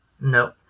No